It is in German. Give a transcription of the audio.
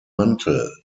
mantel